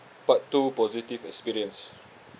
part two positive experience